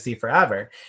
forever